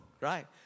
right